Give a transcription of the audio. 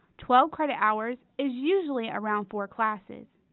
twelve credit hours is usually around four classes.